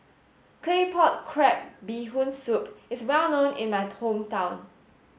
claypot crab bee hoon soup is well known in my hometown